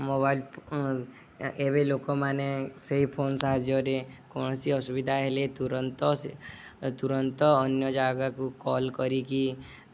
mobile ଏବେ ଲୋକମାନେ ସେଇ ଫୋନ ସାହାଯ୍ୟରେ କୌଣସି ଅସୁବିଧା ହେଲେ ତୁରନ୍ତ ତୁରନ୍ତ ଅନ୍ୟ ଜାଗାକୁ କଲ୍ କରିକି